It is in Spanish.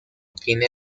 tiene